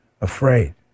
afraid